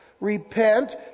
Repent